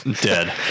Dead